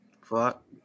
Fuck